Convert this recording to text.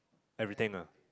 everything ah